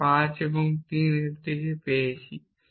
আমি 5 এবং 3 থেকে এটি পেয়েছি